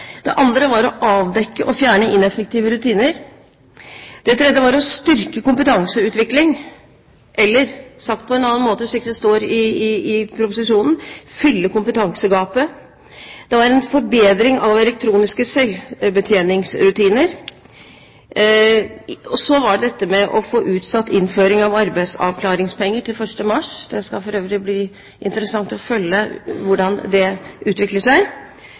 Det andre var å avdekke og fjerne ineffektive rutiner. Det tredje var å styrke kompetanseutvikling, eller sagt på en annen måte, slik det står i proposisjonen: «fylle kompetansegapene». Det var en forbedring av elektroniske selvbetjeningsrutiner. Så var det dette med å få utsatt innføring av arbeidsavklaringspenger til 1. mars – det skal for øvrig bli interessant å følge hvordan det utvikler seg